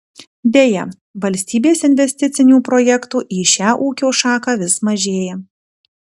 deja valstybės investicinių projektų į šią ūkio šaką vis mažėja